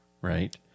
right